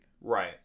Right